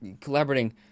collaborating